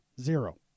Zero